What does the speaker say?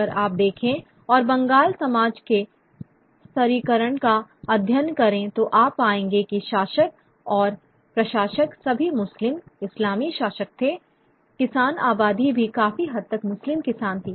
अगर आप देखें और बंगाली समाज के स्तरीकरण का अध्ययन करें तो आप पाएंगे कि शासक और प्रशासक सभी मुस्लिम इस्लामी शासक थे किसान आबादी भी काफी हद तक मुस्लिम किसान थी